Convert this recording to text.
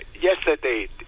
yesterday